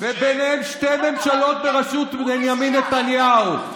וביניהן שתי ממשלות בראשות בנימין נתניהו,